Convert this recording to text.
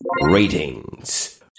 Ratings